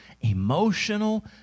emotional